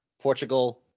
Portugal